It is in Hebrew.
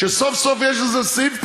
כשסוף-סוף יש איזה סעיף קטן,